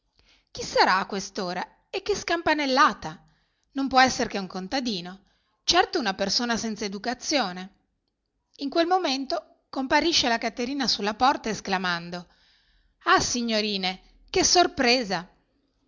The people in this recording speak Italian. chi sarà a quest'ora e che scampanellata non può esser che un contadino certo una persona senza educazione in quel momento comparisce la caterina sulla porta esclamando ah signorine che sorpresa